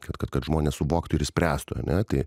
kad kad žmonės suvoktų ir spręstų ane tai